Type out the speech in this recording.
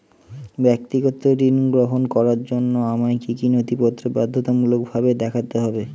ব্যক্তিগত ঋণ গ্রহণ করার জন্য আমায় কি কী নথিপত্র বাধ্যতামূলকভাবে দেখাতে হবে?